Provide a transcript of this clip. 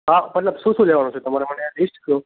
હા મતલબ શું શું લેવાનું છે તમારે મને એ લિસ્ટ કહો